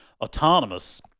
autonomous